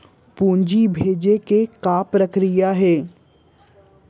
पूंजी भेजे के का प्रक्रिया हे?